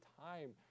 time